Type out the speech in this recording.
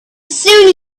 soon